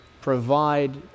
provide